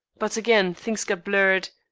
but again things got blurred.